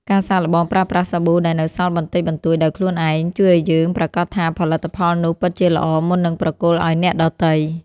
ការសាកល្បងប្រើប្រាស់សាប៊ូដែលនៅសល់បន្តិចបន្តួចដោយខ្លួនឯង ជួយឱ្យយើងប្រាកដថាផលិតផលនោះពិតជាល្អមុននឹងប្រគល់ឱ្យអ្នកដទៃ។